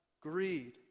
greed